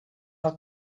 hat